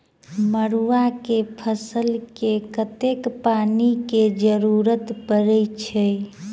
मड़ुआ केँ फसल मे कतेक पानि केँ जरूरत परै छैय?